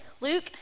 Luke